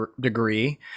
degree